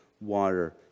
water